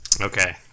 Okay